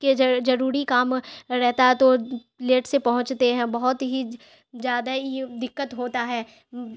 کے ضروری کام رہتا ہے تو لیٹ سے پہنچتے ہیں بہت ہی زیادہ ہی دقت ہوتا ہے